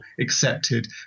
accepted